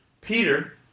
Peter